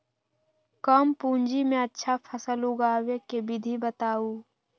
कम पूंजी में अच्छा फसल उगाबे के विधि बताउ?